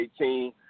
2018